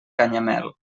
canyamel